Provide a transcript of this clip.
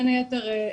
בין היתר,